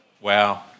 Wow